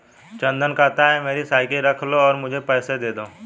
चंदन कहता है, मेरी साइकिल रख लो और मुझे पैसे दे दो